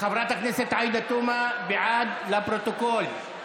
חברת הכנסת עאידה תומא, בעד, לפרוטוקול.